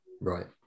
right